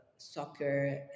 soccer